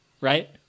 right